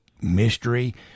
mystery